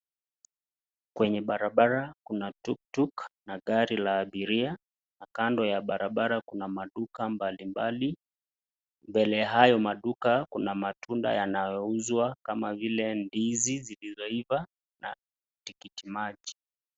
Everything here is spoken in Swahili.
Kwenye barabara kuna tuktuk na gari la abiria na kando ya barabara kuna maduka mbalimbali, mbele ya hayo maduka kuna matunda yanayouzwa kama vile ndizi zilizoiva na tikiti maji.